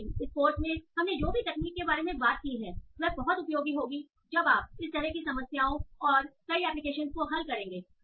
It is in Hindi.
लेकिन इस कोर्स में हमने जो भी तकनीक के बारे में बात की है वह बहुत उपयोगी होगी जब आप इस तरह की समस्याओं और कई एप्लीकेशंस को हल करेंगे